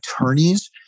attorneys